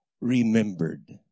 remembered